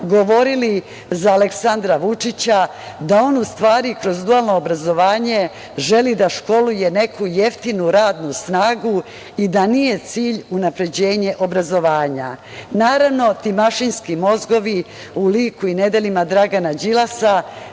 govorili za Aleksandra Vučića, da on u stvari kroz dualno obrazovanje, želi da školuje neku jeftinu radnu snagu i da nije cilj unapređenje obrazovanja. Naravno, ti mašinski mozgovi u liku i nedelima Dragana Đilasa,